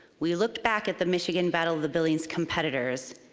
we looked back at the michigan battle of the buildings competitors,